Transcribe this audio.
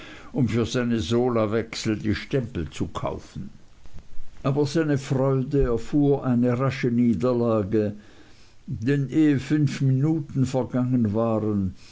um für seine solawechsel die stempel zu kaufen aber seine freude erfuhr eine rasche niederlage denn ehe fünf minuten vergangen waren